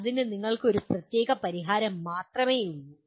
അതിന് നിങ്ങൾക്ക് ഒരു പ്രത്യേക പരിഹാരം മാത്രമേയുള്ളൂ